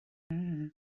umuryango